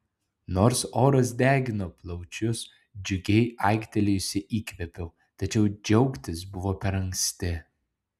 nors oras degino plaučius džiugiai aiktelėjusi įkvėpiau tačiau džiaugtis buvo per anksti